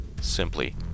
Simply